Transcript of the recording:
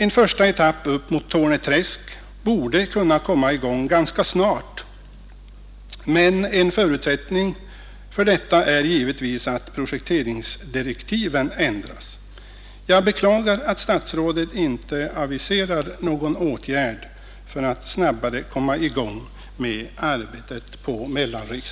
En första etapp upp mot Torneträsk borde kunna komma i gång ganska snart, men en förutsättning för detta är givetvis att projekteringsdirektiven ändras.